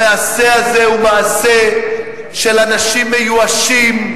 המעשה הזה הוא מעשה של אנשים מיואשים,